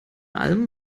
allem